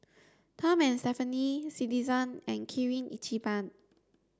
Tom and Stephanie Citizen and Kirin Ichiban